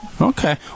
Okay